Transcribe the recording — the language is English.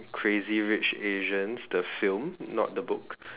crazy rich Asians the film not the book